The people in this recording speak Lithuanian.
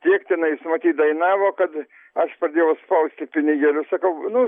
tiek tenais matyt dainavo kad aš pradėjau spausti pinigėlius sakau nu